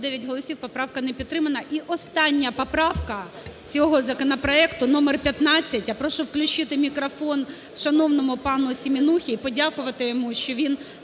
Дякую.